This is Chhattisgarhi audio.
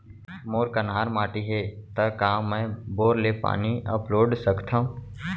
मोर कन्हार माटी हे, त का मैं बोर ले पानी अपलोड सकथव?